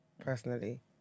personally